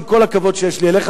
עם כל הכבוד שיש לי אליך,